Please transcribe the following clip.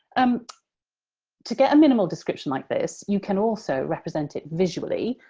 um to get a minimal description like this, you can also represent it visually.